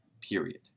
Period